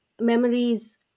memories